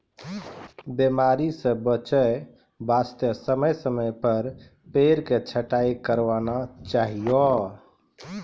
बीमारी स बचाय वास्तॅ समय समय पर पेड़ के छंटाई करवाना चाहियो